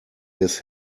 his